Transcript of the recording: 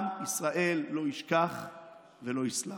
עם ישראל לא ישכח ולא יסלח.